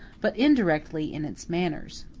but indirectly in its manners.